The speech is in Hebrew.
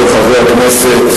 חברות וחברי הכנסת,